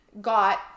got